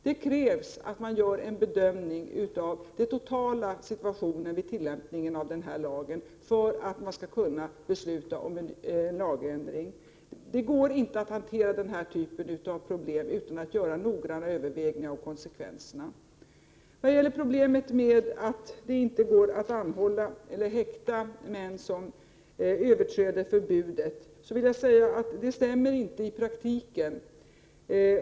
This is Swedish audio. Det krävs att man gör en bedömning av den totala situationen vid tillämpningen av lagen för att man skall kunna besluta om en lagändring. Det går inte att hantera den här typen av problem utan att göra noggranna överväganden om konsekvenserna. När det gäller problemet med att det inte skulle gå att anhålla eller häkta män som överträder förbudet, vill jag säga att det stämmer inte i praktiken.